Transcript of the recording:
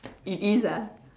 it is ah